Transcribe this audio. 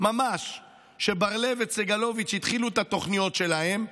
ממש כשבר לב את סגלוביץ' התחילו את התוכניות שלהם,